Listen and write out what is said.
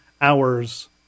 hours